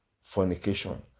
fornication